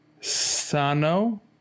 Sano